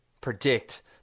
predict